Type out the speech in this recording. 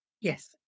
Yes